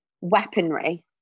weaponry